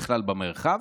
בכלל במרחב.